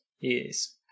Yes